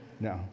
No